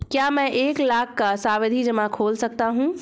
क्या मैं एक लाख का सावधि जमा खोल सकता हूँ?